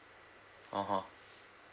(uh huh)